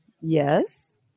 Yes